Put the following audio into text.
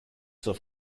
zur